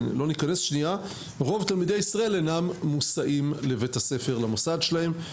אבל רוב תלמידי ישראל אינם מוסעים לבית הספר ולמוסד שלהם.